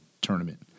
Tournament